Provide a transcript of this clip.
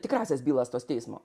tikrąsias bylas tos teismo